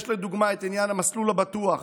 יש לדוגמה עניין המסלול הבטוח.